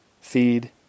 feed